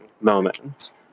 moments